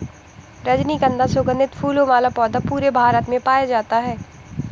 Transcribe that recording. रजनीगन्धा सुगन्धित फूलों वाला पौधा पूरे भारत में पाया जाता है